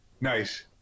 Nice